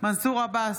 מנסור עבאס,